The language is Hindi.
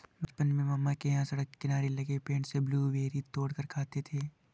बचपन में मामा के यहां सड़क किनारे लगे पेड़ से ब्लूबेरी तोड़ कर खाते थे